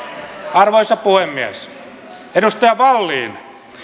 arvoisa puhemies edustaja wallin